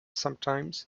sometimes